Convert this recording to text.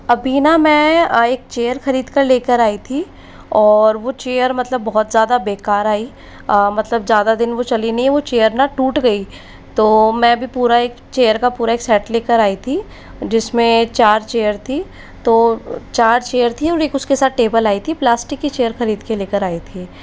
अभी ना मैं एक चेयर खरीद कर लेकर आई थी और वो चेयर मतलब बहुत ज़्यादा बेकार आई मतलब ज़्यादा दिन वो चली नहीं वो चेयर ना टूट गई तो मैं भी पूरा एक चेयर का पूरा एक सेट लेकर आई थी जिसमें चार चेयर थीं तो चार चेयर थीं और एक उसके साथ टेबल आई थी प्लास्टिक की चेयर खरीद के लेकर आई थी